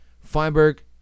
Feinberg